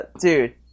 dude